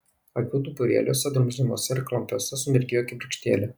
akių duburėliuose drumzlinuose ir klampiuose sumirgėjo kibirkštėlė